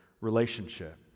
relationship